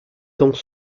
dans